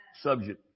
subject